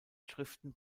schriften